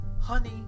honey